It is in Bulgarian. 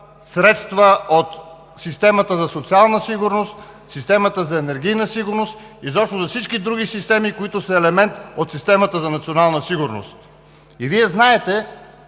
от системата за социална сигурност, системата за енергийна сигурност, изобщо за всички други системи, които са елемент от системата за национална сигурност. Вие знаете,